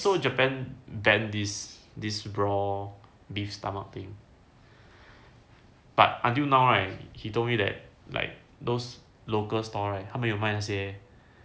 so japan banned this this raw beef stomach thing but until now right he told me that like those local stores right 他们有卖那些